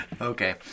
Okay